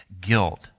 guilt